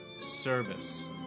service